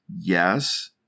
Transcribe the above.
Yes